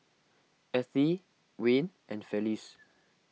Ethie Wayne and Felice